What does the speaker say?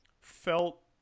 felt